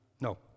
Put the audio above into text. No